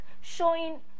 showing